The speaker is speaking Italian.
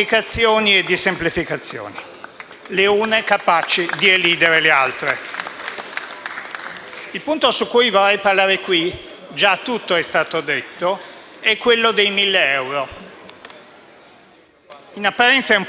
In apparenza è un punto marginale, mentre in sostanza è fondamentale, perché già oggi interessa alcuni milioni di cittadini con la partita IVA, evasori da